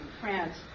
France